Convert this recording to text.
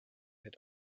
had